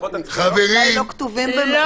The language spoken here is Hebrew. הם אולי לא כתובים --- לא נכון.